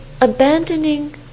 abandoning